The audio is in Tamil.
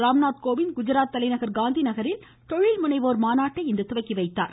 ராம்நாத் கோவிந்த் குஜராத் தலைநகர் காந்திநகரில் தொழில்முனைவோர் மாநாட்டை இன்று தொடங்கி வைத்தார்